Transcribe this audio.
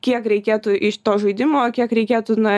kiek reikėtų iš to žaidimo kiek reikėtų na